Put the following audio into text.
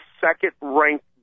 second-ranked